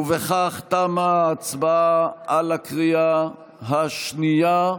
ובכך תמה ההצבעה בקריאה השנייה.